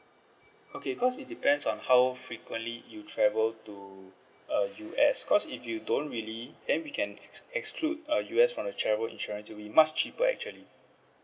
okay cause it depends on how frequently you travel to uh U_S cause if you don't really then we can ex~ exclude uh U_S from the travel insurance to be much cheaper actually